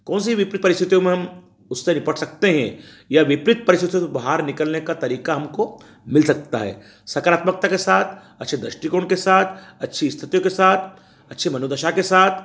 कौन सी विपरीत परिस्थितियों में हम उससे निपट सकते हैं या विपरीत परिस्थतियों से बाहर निकलने का तरीका हमको मिल सकता है सकारात्मकता से साथ अच्छे दृष्टिकोण के साथ अच्छी स्थितियों के साथ अच्छे मनोदशा के साथ